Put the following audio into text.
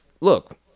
look